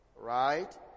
Right